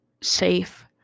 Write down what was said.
safe